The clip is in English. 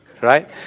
right